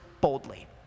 boldly